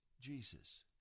Jesus